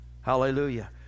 Hallelujah